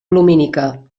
lumínica